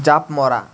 জাঁপ মৰা